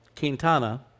Quintana